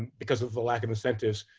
because of the lack of incentives,